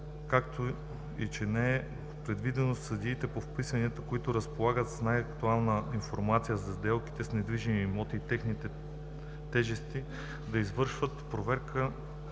както и че не е предвидено съдиите по вписванията, които разполагат с най-актуалната информация за сделките с недвижими имоти и техните тежести, да извършват проверка